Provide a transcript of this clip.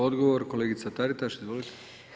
Odgovor kolegica Taritaš, izvolite.